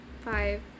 five